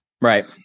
right